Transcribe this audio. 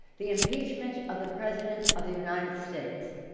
the impeachment of the president of the united states.